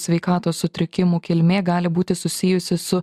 sveikatos sutrikimų kilmė gali būti susijusi su